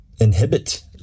inhibit